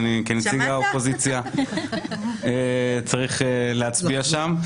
כנציג האופוזיציה אני צריך להצביע שם.